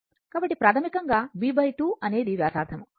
కాబట్టి ప్రాథమికంగా b2 అనేది వ్యాసార్థం